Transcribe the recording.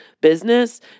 business